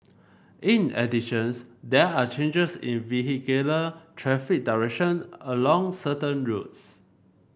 in additions there are changes in vehicular traffic direction along certain roads